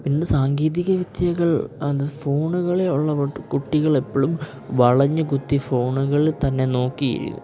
പിന്നെ സാങ്കേതിക വിദ്യകൾ അത് ഫോണുകളിൽ ഉള്ള കുട്ടികളെപ്പോഴും വളഞ്ഞു കുത്തി ഫോണുകളിൽ തന്നെ നോക്കിയിരിക്കുന്നു